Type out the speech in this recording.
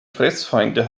fressfeinde